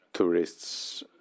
Tourists